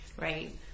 Right